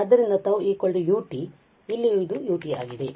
ಆದ್ದರಿಂದ ಈ τ u t ಮತ್ತು ಇಲ್ಲಿಯೂ ಇದು u t ಆಗಿದೆ